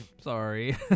Sorry